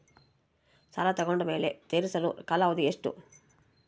ಸಾಲ ತಗೊಂಡು ಮೇಲೆ ತೇರಿಸಲು ಕಾಲಾವಧಿ ಎಷ್ಟು?